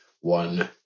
one